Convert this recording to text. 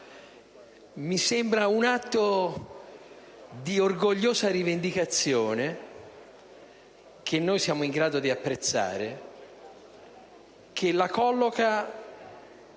Mi sembra un atto di orgogliosa rivendicazione, che noi siamo in grado di apprezzare, che la colloca